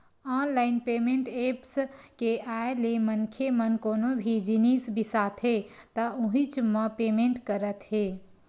online payment apps के आए ले मनखे मन कोनो भी जिनिस बिसाथे त उहींच म पेमेंट करत हे